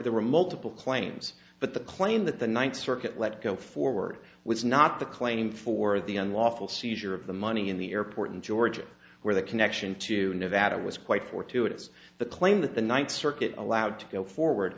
there were multiple claims but the claim that the ninth circuit let go forward was not the claim for the unlawful seizure of the money in the airport in georgia where the connection to nevada was quite fortuitous the claim that the ninth circuit allowed to go forward